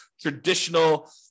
traditional